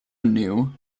new